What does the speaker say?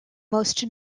most